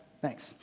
Thanks